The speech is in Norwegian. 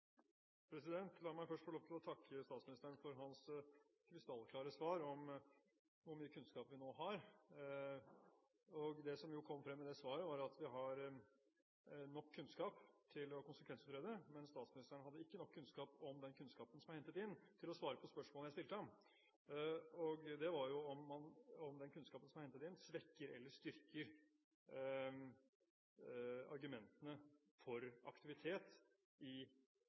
La meg først få lov til å takke statsministeren for hans krystallklare svar om hvor mye kunnskap vi nå har. Det som kom frem i svaret, var at vi har nok kunnskap til å konsekvensutrede. Men statsministeren hadde ikke nok kunnskap om den kunnskapen som er hentet inn, til å svare på spørsmålet jeg stilte ham: om den kunnskapen som er hentet inn, svekker eller styrker argumentene for aktivitet i